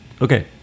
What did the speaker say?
Okay